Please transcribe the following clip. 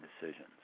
decisions